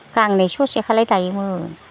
गांनै ससेखोलाय दायोमोन